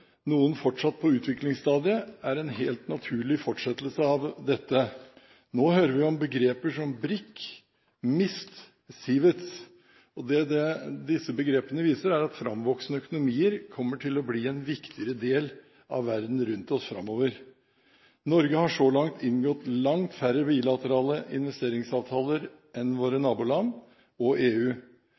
noen fortsatt på utviklingsstadiet, er en helt naturlig fortsettelse av dette. Nå hører vi om begreper som BRIC, MIST og CIVETS. Det disse begrepene viser, er at framvoksende økonomier kommer til å bli en viktigere del av verden rundt oss framover. Norge har så langt inngått langt færre bilaterale investeringsavtaler enn våre naboland og EU.